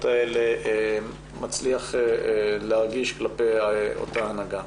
האלה מצליח להרגיש כלפי אותה הנהגה.